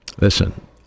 listen